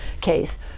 case